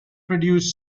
produce